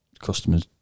customers